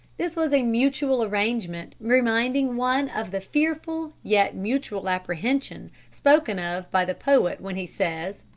this was a mutual arrangement reminding one of the fearful yet mutual apprehension spoken of by the poet when he says